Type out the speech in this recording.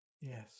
Yes